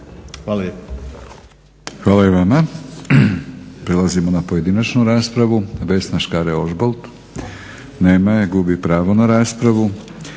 Hvala i vama.